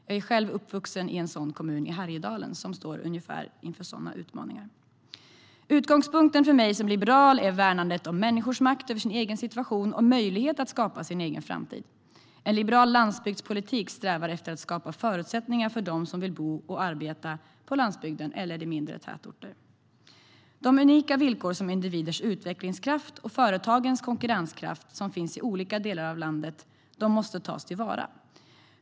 Jag är själv uppvuxen i en kommun i Härjedalen som står inför sådana utmaningar. Utgångspunkten för mig som liberal är värnandet om människors makt över sin egen situation och möjligheten att skapa sin egen framtid. En liberal landsbygdspolitik strävar efter att skapa förutsättningar för dem som vill bo och arbeta på landsbygden eller i mindre tätorter. De unika villkor som individers utvecklingskraft och företagens konkurrenskraft som finns i olika delar av landet måste tas till vara.